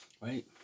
right